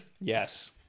yes